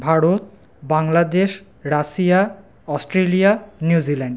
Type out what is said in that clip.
Bharat Bangladesh Russia Australia New Zealand